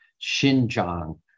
Xinjiang